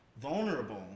Vulnerable